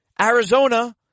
Arizona